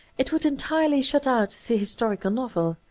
it would entirely shut out the historical novel.